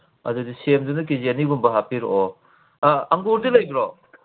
ꯑꯗꯨꯗꯤ ꯁꯦꯝꯗꯨꯅ K G ꯑꯅꯤꯒꯨꯝꯕ ꯍꯥꯞꯄꯤꯔꯛꯑꯣ ꯑꯪꯒꯨꯔꯗꯤ ꯂꯩꯕ꯭ꯔꯣ